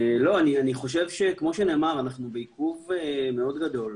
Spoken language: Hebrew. כמו שנאמר, אנחנו בעיכוב מאוד גדול,